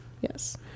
yes